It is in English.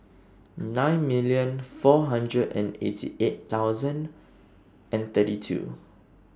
nine million four hundred and eighty eight thousand and thirty two